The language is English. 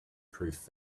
proof